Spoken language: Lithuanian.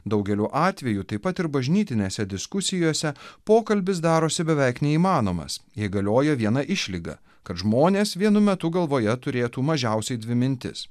daugeliu atvejų taip pat ir bažnytinėse diskusijose pokalbis darosi beveik neįmanomas jei galioja viena išlyga kad žmonės vienu metu galvoje turėtų mažiausiai dvi mintis